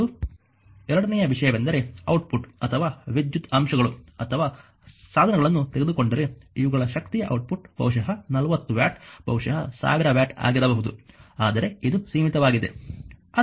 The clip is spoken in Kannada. ಮತ್ತು ಎರಡನೆಯ ವಿಷಯವೆಂದರೆ ಔಟ್ಪುಟ್ ಅಥವಾ ವಿದ್ಯುತ್ ಅಂಶಗಳು ಅಥವಾ ಸಾಧನಗಳನ್ನು ತೆಗೆದುಕೊಂಡರೆ ಇವುಗಳ ಶಕ್ತಿಯಾ ಔಟ್ಪುಟ್ ಬಹುಶಃ 40 ವ್ಯಾಟ್ ಬಹುಶಃ 1000 ವ್ಯಾಟ್ ಆಗಿರಬಹುದು ಆದರೆ ಇದು ಸೀಮಿತವಾಗಿದೆ